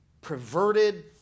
perverted